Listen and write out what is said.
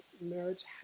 marriage